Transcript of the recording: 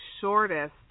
shortest